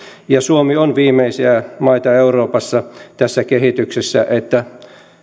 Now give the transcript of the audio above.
suomi on viimeisiä maita euroopassa tässä kehityksessä että